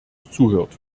zuhört